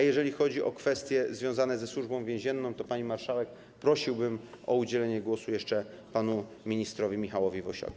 Jeżeli chodzi o kwestie związane ze Służbą Więzienną, to, pani marszałek, prosiłbym o udzielenie głosu jeszcze panu ministrowi Michałowi Wosiowi.